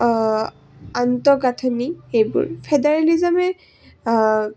আন্তঃগাঁথনি এইবোৰ ফেডাৰেলিজমে